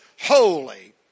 holy